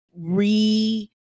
re